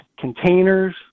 containers